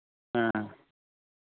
ᱦᱮᱸ